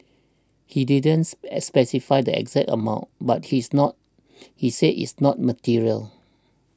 he didn't s specify the exact amount but he is not he said it's not material